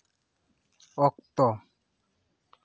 ᱚᱠᱛᱚ